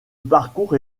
parcours